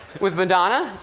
with madonna,